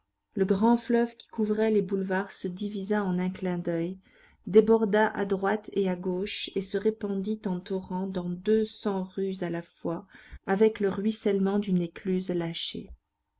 le grand fleuve qui couvrait les boulevards se divisa en un clin d'oeil déborda à droite et à gauche et se répandit en torrents dans deux cents rues à la fois avec le ruissellement d'une écluse lâchée